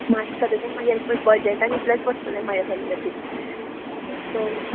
मास्कताचे मागीर एक्चुली बजटान इतलेच बसतले म्हज्या सध्याक तरी सो